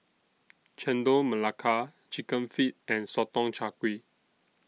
Chendol Melaka Chicken Feet and Sotong Char Kway